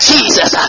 Jesus